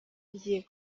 ngiye